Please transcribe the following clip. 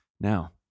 Now